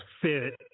fit